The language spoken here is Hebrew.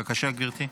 בבקשה, גברתי.